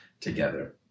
together